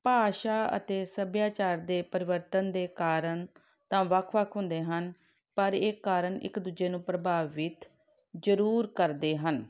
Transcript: ਭਾਸ਼ਾ ਅਤੇ ਸੱਭਿਆਚਾਰ ਦੇ ਪਰਿਵਰਤਨ ਦੇ ਕਾਰਨ ਤਾਂ ਵੱਖ ਵੱਖ ਹੁੰਦੇ ਹਨ ਪਰ ਇਹ ਕਾਰਨ ਇੱਕ ਦੂਜੇ ਨੂੰ ਪ੍ਰਭਾਵਿਤ ਜ਼ਰੂਰ ਕਰਦੇ ਹਨ